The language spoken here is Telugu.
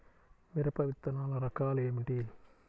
మిరప విత్తనాల రకాలు ఏమిటి?